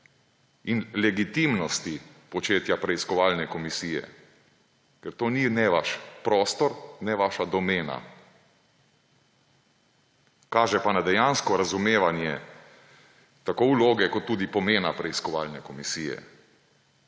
in legitimnosti početja preiskovalne komisije, ker to ni ne vaš prostor ne vaša domena. Kaže pa na dejansko razumevanje tako vloge kot tudi pomena preiskovalne komisije.